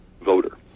voter